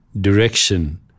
direction